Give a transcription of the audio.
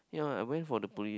ya I went for the police